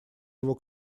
его